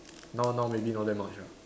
now now maybe not that much ah